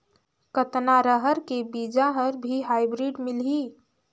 कतना रहर के बीजा हर भी हाईब्रिड मिलही?